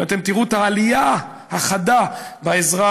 ואתם תראו את העלייה החדה בעזרה,